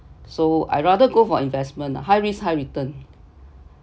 so I rather go for investment ah high risk high return